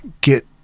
get